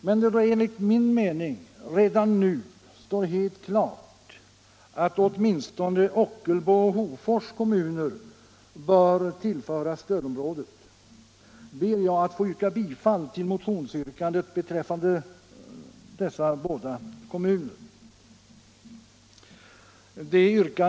Men då det enligt min mening redan nu står helt klart att åtminstone Ockelbo och Hofors kommuner bör tillhöra stödområdet, ber jag att få yrka bifall till motionsyrkandet beträffande dessa båda kommuner.